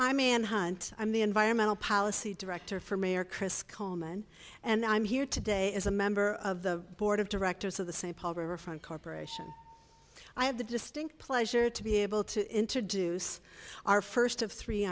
hunt i'm the environmental policy director for mayor chris coleman and i'm here today as a member of the board of directors of the st paul river front corporation i have the distinct pleasure to be able to introduce our first of three